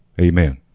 Amen